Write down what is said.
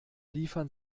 liefern